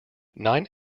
nine